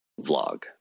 vlog